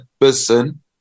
person